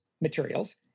materials